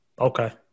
Okay